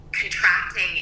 contracting